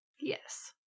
yes